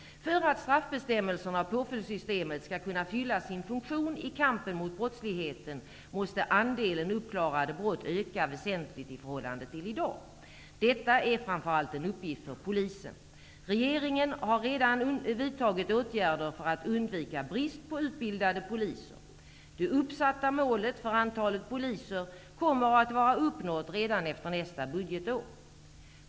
För att straffbestämmelserna och påföljdssystemet skall kunna fylla sin funktion i kampen mot brottsligheten måste andelen uppklarade brott öka väsentligt i förhållande till i dag. Detta är framför allt en uppgift för polisen. Regeringen har redan vidtagit åtgärder för att undvika brist på utbildade polismän. Det uppsatta målet för antalet poliser kommer att vara uppnått redan efter nästa budgetår.